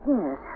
Yes